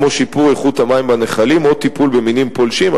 כמו שיפור איכות המים בנחלים או טיפול במינים פולשים.